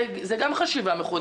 גם זה סוג של חשיבה מחודשת.